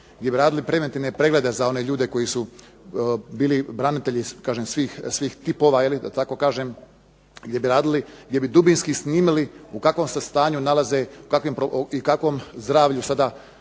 Gdje bi radili preventivne preglede za one ljude koji su bili branitelji svih tipova, da tako kažem, gdje bi dubinski snimili u kakvom se stanju nalaze i kakvog su zdravlja sada